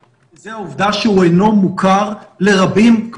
זאת העובדה שהוא אינו מוכר לרבים,